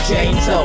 James